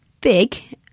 big